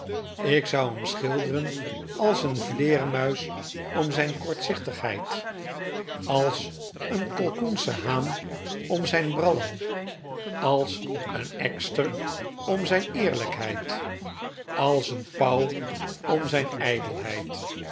ik z'ou hem schilderen als een vleermuis om zijn kortzichtigheid als een kalkoenschen haan om zijn brallen als een ekster om zijn eerlijkheid als eehpauw om zijn